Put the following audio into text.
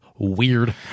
Weird